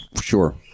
sure